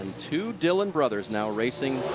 two dillon brothers now racing,